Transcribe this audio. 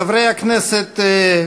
חברי הכנסת,